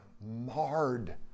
marred